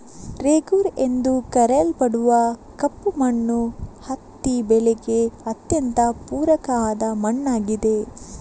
ರೇಗೂರ್ ಎಂದು ಕರೆಯಲ್ಪಡುವ ಕಪ್ಪು ಮಣ್ಣು ಹತ್ತಿ ಬೆಳೆಗೆ ಅತ್ಯಂತ ಪೂರಕ ಆದ ಮಣ್ಣಾಗಿದೆ